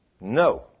No